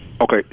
Okay